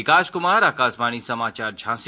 विकास कुमार आकाशवाणी समाचार झांसी